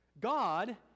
God